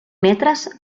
metres